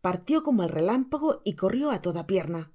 partió como el relámpago y corrió á toda pierna